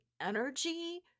energy